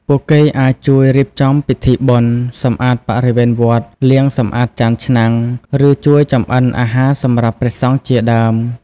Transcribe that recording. ពួកគេអាចជួយរៀបចំពិធីបុណ្យ សម្អាតបរិវេណវត្ត លាងសម្អាតចានឆ្នាំង ឬជួយចំអិនអាហារសម្រាប់ព្រះសង្ឃជាដើម។